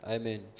Amen